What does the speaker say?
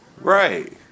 Right